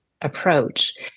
approach